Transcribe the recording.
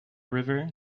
river